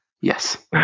Yes